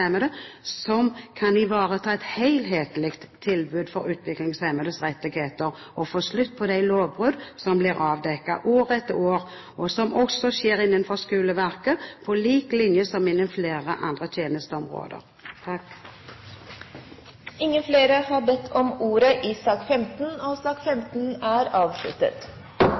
ombud som kan ivareta et helhetlig tilbud når det gjelder utviklingshemmedes rettigheter – og få slutt på de lovbrudd som år etter år blir avdekket, og som også skjer innenfor skoleverket – på lik linje med flere andre tjenesteområder. Flere har ikke bedt om ordet til sak nr. 15. Ingen har bedt om ordet.